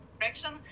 direction